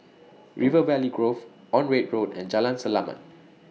River Valley Grove Onraet Road and Jalan Selamat